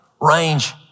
range